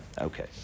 Okay